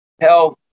health